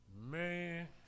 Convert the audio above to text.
Man